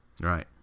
Right